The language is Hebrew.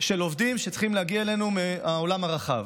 של עובדים שצריכים להגיע אלינו מהעולם הרחב.